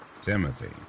timothy